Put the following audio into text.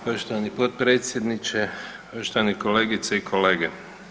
Poštovani potpredsjedniče, poštovani kolegice i kolege.